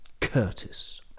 Curtis